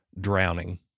drowning